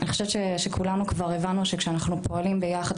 אני חושבת שכולנו כבר הבנו שכשאנחנו פועלים ביחד,